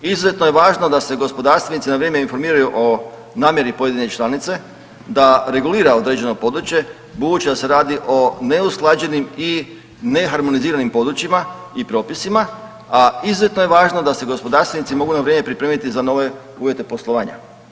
Izuzetno je važno da se gospodarstvenici na vrijeme informiraju o namjeri pojedine članice, da regulira određeno područje budući da se radi o neusklađenim i ne harmoniziranim područjima i propisima, a izuzetno je važno da se gospodarstveni mogu na vrijeme pripremiti za nove uvjete poslovanja.